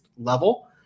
level